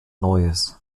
neues